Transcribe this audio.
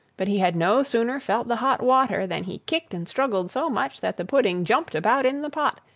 but he had no sooner felt the hot water, than he kicked and struggled so much that the pudding jumped about in the pot,